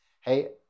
hey